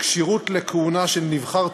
(כשירות לכהונה של נבחר ציבור,